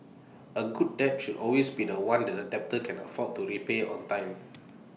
A good debt should always be The One that the debtor can afford to repay on time